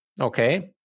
okay